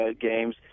games